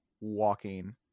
walking